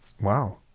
Wow